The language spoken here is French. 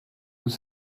nous